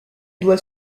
doit